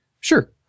sure